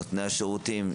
נותני השירותים,